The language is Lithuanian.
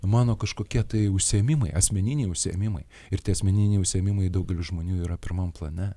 mano kažkokie tai užsiėmimai asmeniniai užsiėmimai ir tie asmeniniai užsiėmimai daugelių žmonių yra pirmam plane